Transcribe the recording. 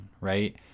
right